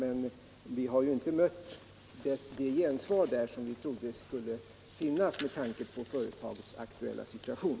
Men vi har inte där mött det gensvar som vi trodde skulle finnas med tanke på företagets aktuella situation.